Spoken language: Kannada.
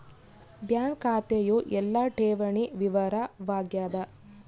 ಬ್ಯಾಂಕ್ ಖಾತೆಯು ಎಲ್ಲ ಠೇವಣಿ ವಿವರ ವಾಗ್ಯಾದ